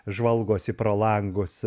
žvalgosi pro langus